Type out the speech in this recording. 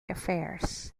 affairs